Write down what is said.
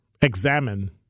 examine